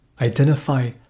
Identify